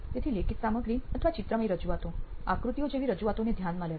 તેથી લેખિત સામગ્રી અથવા ચિત્રમય રજૂઆતો આકૃતિઓ જેવી રજૂઆતોને ધ્યાનમાં લેવી